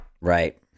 right